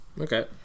Okay